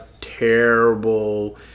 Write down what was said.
terrible